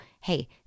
hey